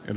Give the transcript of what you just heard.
edu